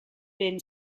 been